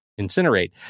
incinerate